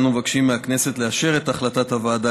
אנו מבקשים מהכנסת לאשר את החלטת הוועדה